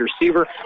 receiver